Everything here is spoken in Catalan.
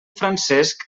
francesc